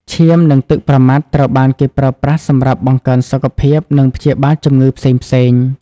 ឈាម និងទឹកប្រមាត់ត្រូវបានគេប្រើប្រាស់សម្រាប់បង្កើនសុខភាព និងព្យាបាលជំងឺផ្សេងៗ។